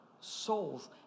souls